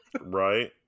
right